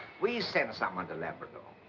we send someone to labrador.